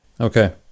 Okay